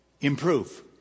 improve